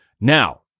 Now